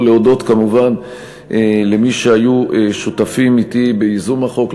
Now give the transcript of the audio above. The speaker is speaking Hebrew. להודות כמובן למי שהיו שותפים אתי בייזום החוק,